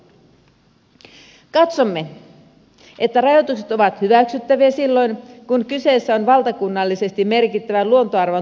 katsomme että rajoitukset ovat hyväksyttäviä silloin kun kyse on valtakunnallisesti merkittävän luontoarvon turmeltumisesta